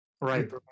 Right